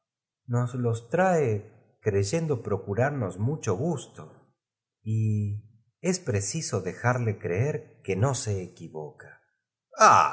los trae creyendo procurarnos mucho gusto y es preciso dejarle creer que no se equivoca